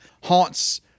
haunts